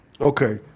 Okay